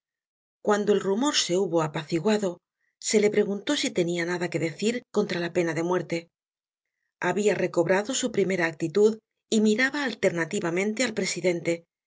cuando el rumor se hubo apaciguado se le preguntó si tenia nada que decir contra la pena de muerte habia recobrado su primera actitud y miraba alternativamente al presidente